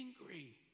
angry